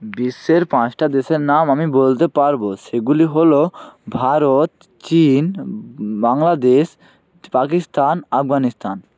বিশ্বের পাঁচটা দেশের নাম আমি বলতে পারবো সেগুলি হলো ভারত চীন বাংলাদেশ পাকিস্তান আফগানিস্থান